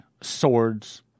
swords